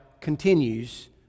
continues